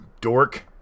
dork